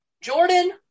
Jordan